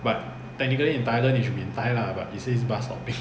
but technically in thailand it should be thai lah but it says bus stopping